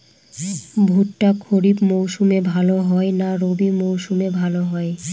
ভুট্টা খরিফ মৌসুমে ভাল হয় না রবি মৌসুমে ভাল হয়?